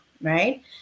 right